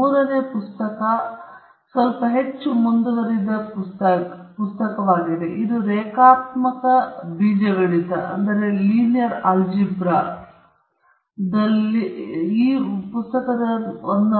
ಮೂರನೇ ಪುಸ್ತಕ ಸ್ವಲ್ಪ ಹೆಚ್ಚು ಮುಂದುವರಿದ ಒಂದಾಗಿದೆ ಇದು ರೇಖಾತ್ಮಕ ಬೀಜಗಣಿತದಲ್ಲಿ ಒಂದು